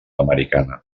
americana